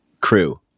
crew